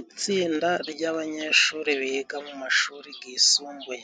Itsinda ry'abanyeshuri biga mu mashuri gisumbuye